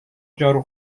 جارو